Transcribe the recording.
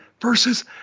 versus